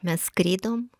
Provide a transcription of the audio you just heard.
mes skridom